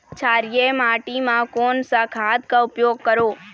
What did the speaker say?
क्षारीय माटी मा कोन सा खाद का उपयोग करों?